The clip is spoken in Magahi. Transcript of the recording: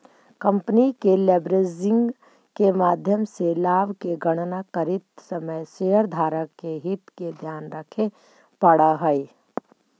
कंपनी के लेवरेजिंग के माध्यम से लाभ के गणना करित समय शेयरधारक के हित के ध्यान रखे पड़ऽ हई